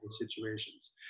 situations